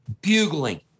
bugling